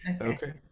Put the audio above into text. okay